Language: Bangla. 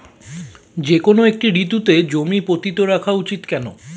যেকোনো একটি ঋতুতে জমি পতিত রাখা উচিৎ কেন?